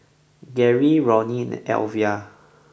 Gary Roni and Elvia